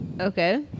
Okay